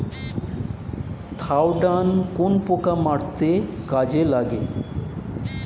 Thiodan কোন পোকা মারতে কাজে লাগে?